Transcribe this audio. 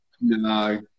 No